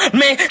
man